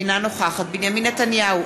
אינה נוכחת בנימין נתניהו,